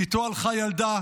איתו הלכה ילדה,